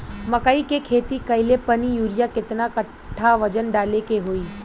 मकई के खेती कैले बनी यूरिया केतना कट्ठावजन डाले के होई?